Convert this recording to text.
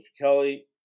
Kelly